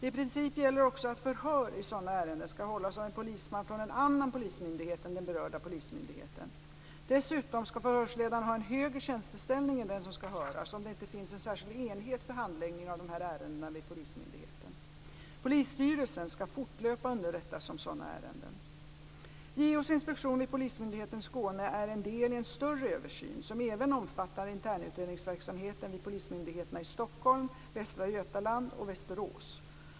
I princip gäller också att förhör i sådana ärenden skall hållas av en polisman från en annan polismyndighet än den berörda polismyndigheten. Dessutom skall förhörsledaren ha en högre tjänsteställning än den som skall höras, om det inte finns en särskild enhet för handläggning av dessa ärenden vid polismyndigheten. Polisstyrelsen skall fortlöpande underrättas om sådana ärenden. JO:s inspektion vid Polismyndigheten i Skåne är en del i en större översyn som även omfattar internutredningsverksamheten vid polismyndigheterna i Stockholm, Västra Götaland och Västerås.